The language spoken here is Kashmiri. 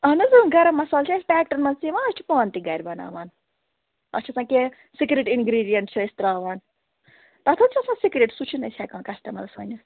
اَہَن حظ گرم مصالہٕ چھِ اَسہِ پٮ۪کٹن منٛز تہِ یِوان أسۍ چھِ پانہٕ تہِ گَرِ بناوان اَسہِ چھُ سِکرِٹ اِنگریڈینٛٹ چھِ اَسہِ ترٛاوان تتھ حظ چھُ آسان سِکِرٹ سُہ چھِنہٕ أسۍ ہٮ۪کان کسٹٕمرس ؤنِتھ